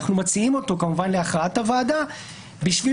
אנחנו מציעים אותו כמובן להכרעת הוועדה בשביל